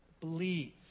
believe